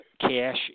Cash